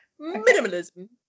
Minimalism